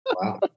Wow